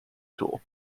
tool